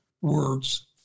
words